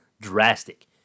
drastic